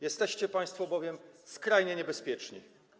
Jesteście państwo bowiem skrajnie niebezpieczni.